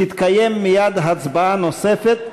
תתקיים מייד הצבעה נוספת,